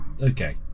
Okay